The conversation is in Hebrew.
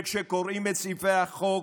וכשקוראים את סעיפי החוק,